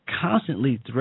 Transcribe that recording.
constantly